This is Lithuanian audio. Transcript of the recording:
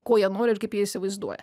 ko jie nori ir kaip jie įsivaizduoja